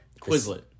Quizlet